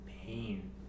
pain